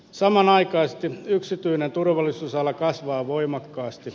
samanaikaisesti yksityinen turvallisuusala kasvaa voimakkaasti